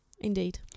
Indeed